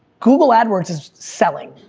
google adwords is selling,